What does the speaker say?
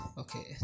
Okay